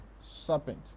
serpent